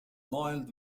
mild